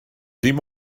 dim